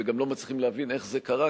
וגם לא מצליחים להבין איך זה קרה,